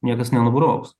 niekas nenubrauks